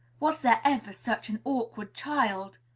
was there ever such an awkward child?